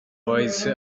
wahise